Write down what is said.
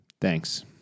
Thanks